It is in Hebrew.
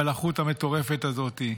בלחות המטורפת הזאת,